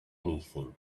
anything